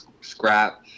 scrap